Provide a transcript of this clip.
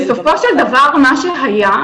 בסופו של דבר מה שהיה,